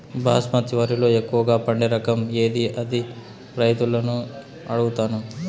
బాస్మతి వరిలో ఎక్కువగా పండే రకం ఏది అని రైతులను అడుగుతాను?